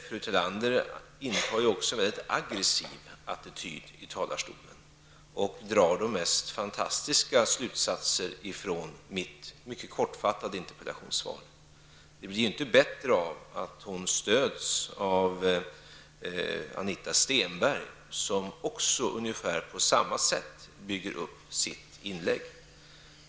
Fru Tillander intar en väldigt aggressiv attityd i talarstolen och drar de mest fantastiska slutsatser av mitt mycket kortfattade interpellationssvar. Det blir inte bättre av att hon stöds av Anita Stenberg, som bygger upp sitt inlägg på ungefär samma sätt som fru Tillander.